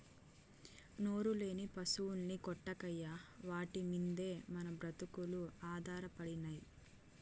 నోరులేని పశుల్ని కొట్టకయ్యా వాటి మిందే మన బ్రతుకులు ఆధారపడినై